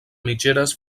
mitgeres